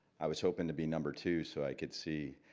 i was hoping to be number two so i could see,